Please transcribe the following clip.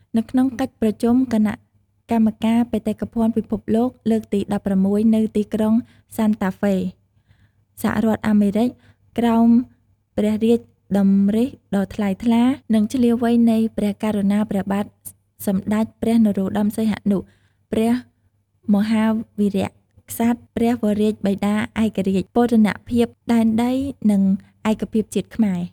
នៅក្នុងកិច្ចប្រជុំគណ:កម្មការបេតិកភណ្ឌពិភពលោកលើកទី១៦ នៅទីក្រុងសាន់តាហ្វេ សហរដ្ឋអាមេរិកក្រោមព្រះរាជតម្រិៈដ៏ថ្លៃថ្លា និងឈ្លាសវៃនៃព្រះករុណាព្រះបាទសម្តេចព្រះ នរោត្តម សីហនុ ព្រះមហាវីរក្សត្រព្រះវររាជបិតាឯករាជ្យ បូរណភាពដែនដី និង ឯកភាពជាតិខ្មែរ។